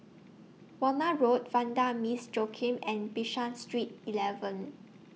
Warna Road Vanda Miss Joaquim and Bishan Street eleven